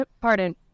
pardon